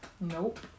Nope